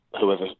whoever